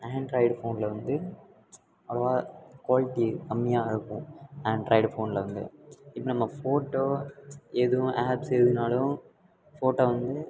Android ஃபோனில் வந்து அவ்வளவா குவாலிட்டி கம்மியாக இருக்கும் ஆண்ட்ராய்டு ஃபோனில் வந்து இப்போ நம்ம ஃபோட்டோ எதுவும் ஆப்ஸ் எதுனாலும் ஃபோட்டோ வந்து